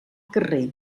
carrer